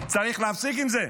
צריך להפסיק עם זה.